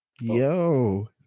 Yo